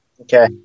Okay